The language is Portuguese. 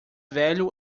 velho